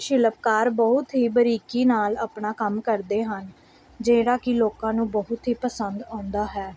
ਸ਼ਿਲਪਕਾਰ ਬਹੁਤ ਹੀ ਬਰੀਕੀ ਨਾਲ ਆਪਣਾ ਕੰਮ ਕਰਦੇ ਹਨ ਜਿਹੜਾ ਕਿ ਲੋਕਾਂ ਨੂੰ ਬਹੁਤ ਹੀ ਪਸੰਦ ਆਉਂਦਾ ਹੈ